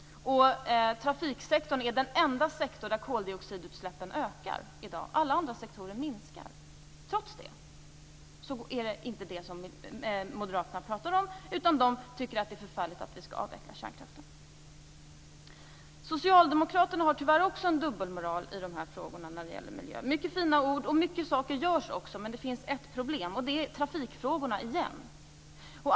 Trafiksektorn är den enda sektor där koldioxidutsläppen ökar i dag. Alla andra sektorer minskar. Trots det är det inte det moderaterna pratar om, utan de tycker att det är förfärligt att vi skall avveckla kärnkraften. Socialdemokraterna har tyvärr också en dubbelmoral i miljöfrågorna. Det sägs många fina ord. Många saker görs också, men det finns ett problem. Det är trafikfrågorna igen.